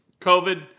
COVID